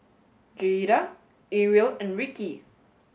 Jaeda Arielle and Ricki